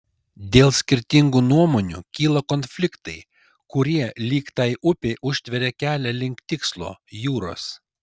dėl skirtingų nuomonių kyla konfliktai kurie lyg tai upei užtveria kelią link tikslo jūros